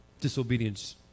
disobedience